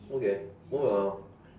okay move along